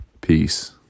Peace